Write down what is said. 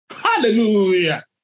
Hallelujah